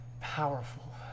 powerful